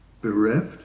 bereft